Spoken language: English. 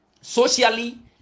Socially